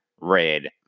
red